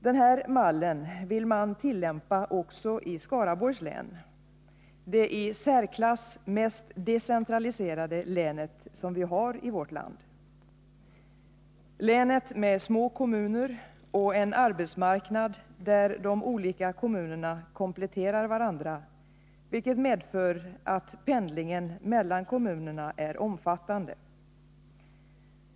Denna mall vill man tillämpa också i Skaraborgs län, det i särklass mest decentraliserade län som vi har i vårt land. Det är ett län med små kommuner och en arbetsmarknad där de olika kommunerna kompletterar varandra, vilket medför att pendlingen mellan kommunerna är omfattande.